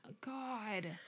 God